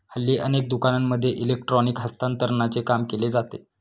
हल्ली अनेक दुकानांमध्ये इलेक्ट्रॉनिक हस्तांतरणाचे काम केले जाते